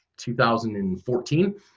2014